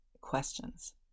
questions